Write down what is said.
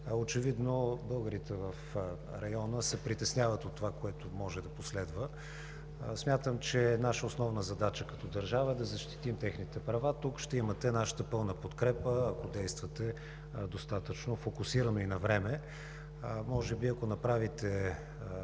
Очевидно българите в района се притесняват от това, което може да последва. Смятам, че наша основна задача като държава е да защитим техните права – тук ще имате нашата пълна подкрепа, ако действате достатъчно фокусирано и навреме. Може би, ако направите